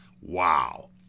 Wow